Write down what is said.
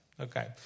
Okay